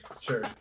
Sure